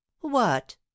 What